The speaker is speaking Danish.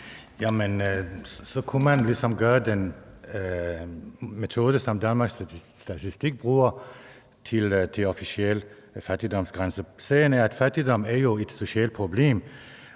så kunne man via den metode, som Danmarks Statistik bruger, fastsætte en officiel fattigdomsgrænse. Sagen er, at fattigdom jo er et socialt problem,